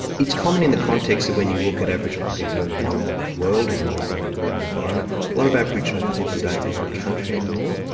it's common in the context of when you look at aboriginal people in the modern world, in the modern modern environment, a lot of aboriginal people don't live on country anymore.